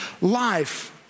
life